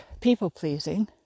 people-pleasing